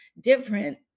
different